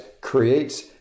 creates